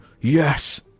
Yes